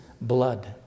blood